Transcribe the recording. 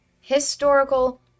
historical